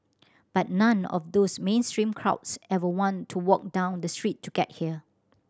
but none of those mainstream crowds ever want to walk down the street to get here